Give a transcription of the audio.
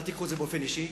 אל תיקחו את זה באופן אישי.